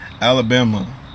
Alabama